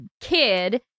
kid